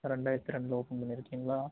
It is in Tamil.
ரெண்டாயிரத்து ரெண்டில் ஓபன் பண்ணிருக்கீங்களா